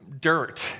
dirt